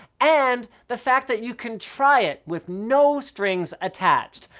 and the fact that you can try it with no strings attached.